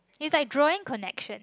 is like drawing connection